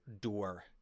door